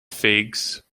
figs